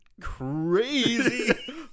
crazy